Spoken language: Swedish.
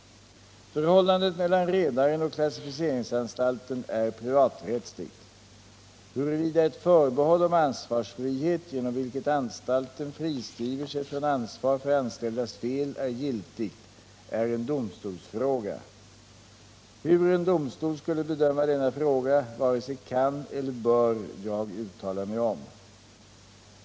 Förhållandet mellan redaren och klassificeringsanstalten är privaträttsligt. Huruvida ett förbehåll om ansvarsfrihet genom vilket anstalten friskriver sig från ansvar för anställdas fel är giltigt är en domstolsfråga. Hur en domstol skulle bedöma denna fråga vare sig kan eller bör jag uttala mig om.